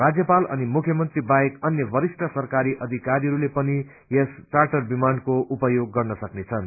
राज्यपाल अनि मुख्यमन्त्री बाहेक अन्य वरिष्ठ सरकारी अधिकारीहरूले पनि यस र्चाटर विमानको उपयोग गर्न सक्नेछन्